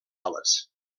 ales